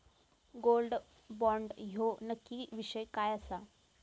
Gold bond ह्यो नक्की विषय काय आसा?